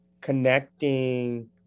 connecting